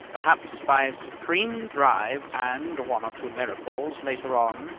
perhaps, by a supreme drive, and one or two miracles later on,